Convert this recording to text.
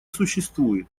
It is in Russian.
существует